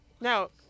No